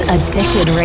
Addicted